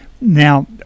Now